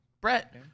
Brett